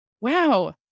Wow